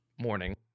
morning